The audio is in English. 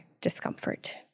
discomfort